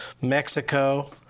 Mexico